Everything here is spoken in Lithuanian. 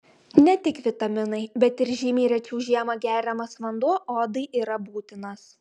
ne tik vitaminai bet ir žymiai rečiau žiemą geriamas vanduo odai yra būtinas